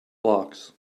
blocks